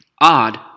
Odd